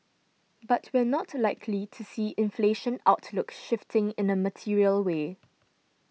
but we're not likely to see inflation outlook shifting in a material way